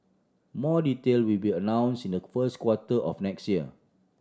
more detail will be announce in the first quarter of next year